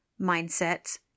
mindsets